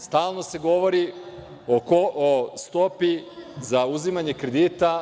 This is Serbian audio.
Stalno se govori o stopi za uzimanje kredita.